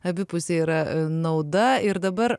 abipusė yra nauda ir dabar